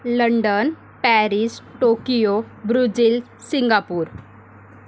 London Paris Tokyo Brazil Singapore